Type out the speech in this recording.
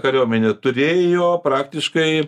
kariuomenė turėjo praktiškai